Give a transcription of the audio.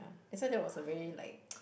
ya that's why that was a very like